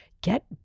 get